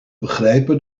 begrijpen